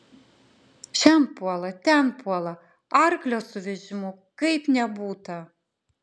šen puola ten puola arklio su vežimu kaip nebūta